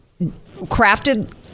crafted